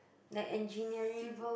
like engineering